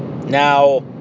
Now